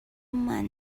man